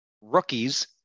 rookies